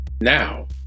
Now